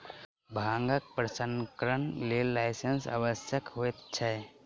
भांगक प्रसंस्करणक लेल लाइसेंसक आवश्यकता होइत छै